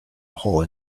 hole